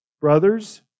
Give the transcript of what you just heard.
Brothers